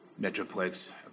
Metroplex